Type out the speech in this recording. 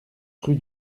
rue